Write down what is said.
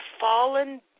fallen